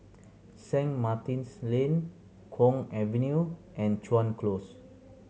Saint Martin's Lane Kwong Avenue and Chuan Close